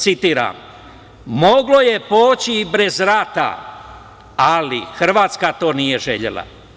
Citiram: „Moglo je proći i bez rata, ali Hrvatska to nije želela.